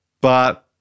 but-